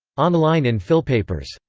online in philpapers.